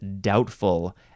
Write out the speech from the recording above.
doubtful